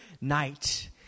night